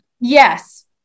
Yes